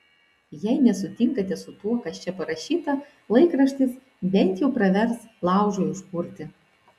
jei nesutinkate su tuo kas čia parašyta laikraštis bent jau pravers laužui užkurti